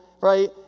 right